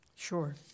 Sure